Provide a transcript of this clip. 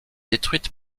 détruite